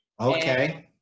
Okay